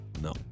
No